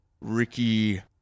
Ricky